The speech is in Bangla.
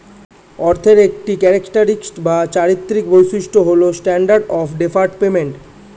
অর্থের একটি ক্যারেক্টারিস্টিক বা চারিত্রিক বৈশিষ্ট্য হল স্ট্যান্ডার্ড অফ ডেফার্ড পেমেন্ট